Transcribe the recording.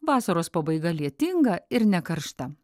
vasaros pabaiga lietinga ir nekaršta